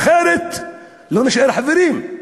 אחרת לא נישאר חברים,